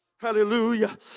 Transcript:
Hallelujah